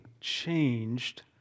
changed